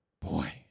Boy